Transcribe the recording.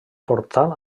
portal